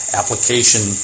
application